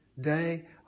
Day